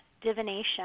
divination